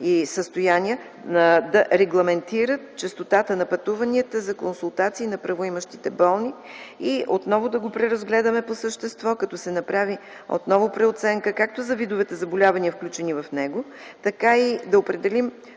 и състояния да регламентират честотата на пътуванията за консултации на правоимащите болни и отново да го преразгледаме по същество, като се направи преоценка, както за видовете заболявания включени в него, така и да определим по-адекватната